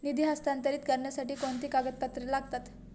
निधी हस्तांतरित करण्यासाठी कोणती कागदपत्रे लागतात?